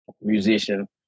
Musician